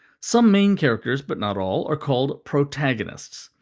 some main characters, but not all, are called protagonists.